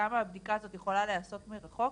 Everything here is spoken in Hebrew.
וכמה הבדיקה הזאת יכולה להיעשות מרחוק,